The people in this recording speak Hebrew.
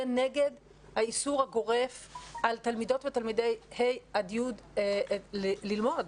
נגד האיסור הגורף על תלמידות ותלמידי ה' י' ללמוד.